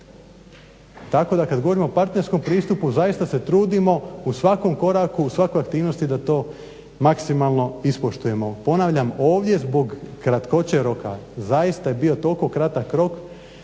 Tako da kad govorimo o partnerskom pristupu zaista se trudimo u svakom koraku, u svakoj aktivnosti da to maksimalno ispoštujemo. Ponavljam, ovdje zbog kratkoće roka zaista je bio toliko kratak rok.